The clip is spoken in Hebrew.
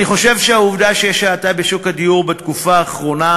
אני חושב שהעובדה שיש האטה בשוק הדיור בתקופה האחרונה